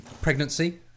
pregnancy